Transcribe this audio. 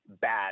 bad